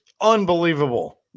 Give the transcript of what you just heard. unbelievable